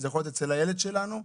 זה יכול להיות אצל הילד שלנו,